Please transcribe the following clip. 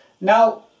now